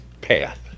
path